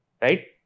Right